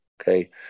okay